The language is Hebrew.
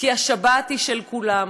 כי השבת היא של כולם,